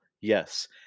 yes